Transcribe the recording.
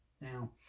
Now